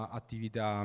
attività